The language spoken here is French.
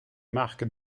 marc